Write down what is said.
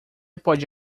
pode